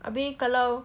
abeh kalau